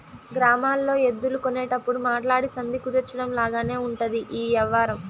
గ్రామాల్లో ఎద్దులు కొనేటప్పుడు మాట్లాడి సంధి కుదర్చడం లాగానే ఉంటది ఈ యవ్వారం